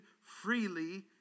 freely